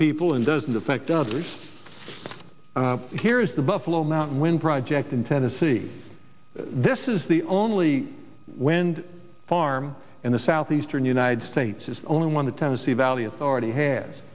people and doesn't affect others here is the buffalo mountain wind project in tennessee this is the only wind farm in the southeastern united states is only one the tennessee valley authority has